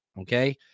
okay